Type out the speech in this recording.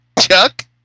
Chuck